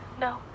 No